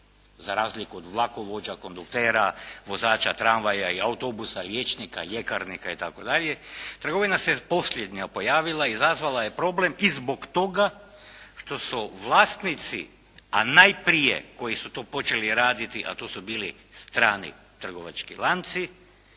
za razliku od vlakovođa, konduktera, vozača tramvaja i autobusa, liječnika, ljekarnika itd. Trgovina se posljednja pojavila, izazvala je problem i zbog toga što su vlasnici, a najprije koji su to počeli raditi a to su bili strani trgovački lanci,